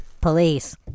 police